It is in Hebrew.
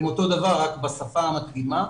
הם אותו דבר, רק בשפה המתאימה,